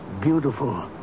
beautiful